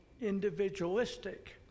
individualistic